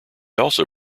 also